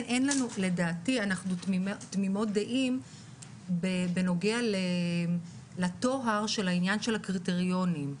לדעתי אנחנו תמימות דעים בנוגע לטוהר של העניין של הקריטריונים,